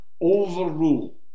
overrule